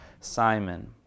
Simon